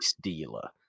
dealer